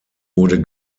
wurde